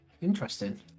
Interesting